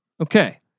Okay